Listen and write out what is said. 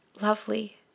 lovely